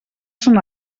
són